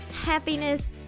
happiness